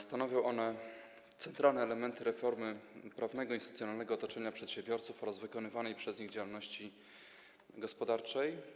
Stanowią one centralne elementy reformy prawnego i instytucjonalnego otoczenia przedsiębiorców oraz wykonywanej przez nich działalności gospodarczej.